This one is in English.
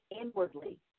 inwardly